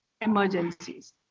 emergencies